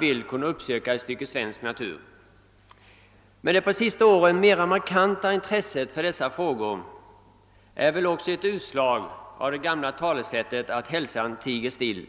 vill kunna uppsöka ett stycke svensk natur. Men att intresset för dessa frågor just under de senaste åren har blivit mera markant än tidi gare för också tankarna till det gamla talesättet att »hälsan tiger still».